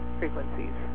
frequencies